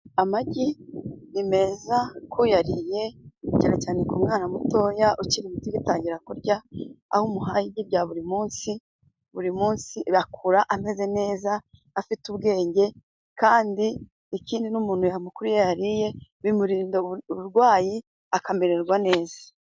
Amagi ni meza ku yariye urugero cyane ku mwana mutoya ukiri muto ugitangira kurya, aho umuhaye igi ryaburi munsi buri munsi akura ameze neza afite ubwenge, kandi ikindi n'umuntu mukuru iyo ayariye bimurinda uburwayi akamererwa neza.